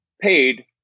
paid